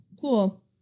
Cool